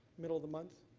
middle of the month?